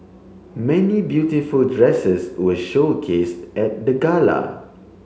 many beautiful dresses were showcase at the gala